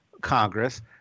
Congress